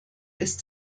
ist